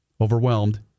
overwhelmed